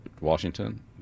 Washington